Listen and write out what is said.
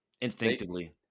instinctively